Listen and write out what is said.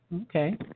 Okay